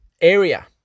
area